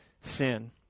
sin